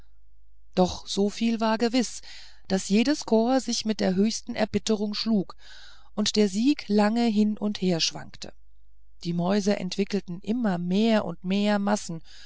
doch so viel war gewiß daß jedes korps sich mit der höchsten erbitterung schlug und der sieg lange hin und her schwankte die mäuse entwickelten immer mehr und mehr massen